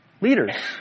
leaders